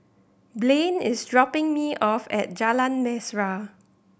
Blane is dropping me off at Jalan Mesra